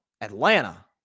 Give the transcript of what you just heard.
Atlanta